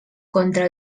contra